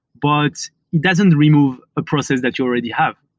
but it doesn't remove a process that you already have.